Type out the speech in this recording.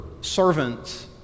servants